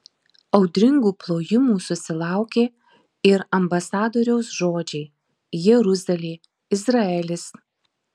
audringų plojimų susilaukė ir ambasadoriaus žodžiai jeruzalė izraelis